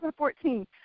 2014